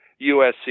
USC